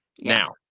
Now